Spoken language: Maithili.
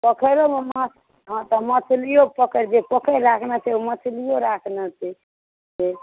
पोखरोमे माँछ हँ तऽ मछलियो पकड़ैत छै जे पोखरि राखने छै ओ मछलियो राखने छै